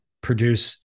produce